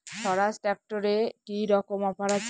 স্বরাজ ট্র্যাক্টরে কি রকম অফার আছে?